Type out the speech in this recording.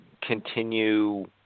continue